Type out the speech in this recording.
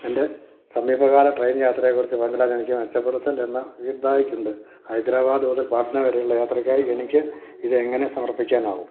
എൻ്റെ സമീപകാല ട്രെയിൻ യാത്രയെക്കുറിച്ച് പങ്കിടാൻ എനിക്ക് മെച്ചപ്പെടുത്തൽ എന്ന ഫീഡ്ബാക്ക് ഉണ്ട് ഹൈദരാബാദ് മുതൽ പാട്ന വരെയുള്ള യാത്രയ്ക്കായി എനിക്ക് ഇതെങ്ങനെ സമർപ്പിക്കാനാകും